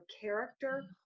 character